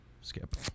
Skip